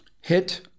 hit